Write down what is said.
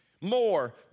more